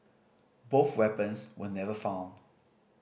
both weapons were never found